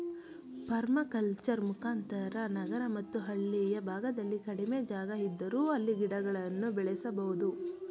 permaculture ಮುಖಾಂತರ ನಗರ ಮತ್ತು ಹಳ್ಳಿಯ ಭಾಗದಲ್ಲಿ ಕಡಿಮೆ ಜಾಗ ಇದ್ದರೂ ಅಲ್ಲಿ ಗಿಡಗಳನ್ನು ಬೆಳೆಸಬೋದು